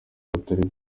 batari